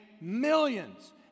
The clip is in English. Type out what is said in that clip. millions